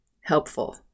helpful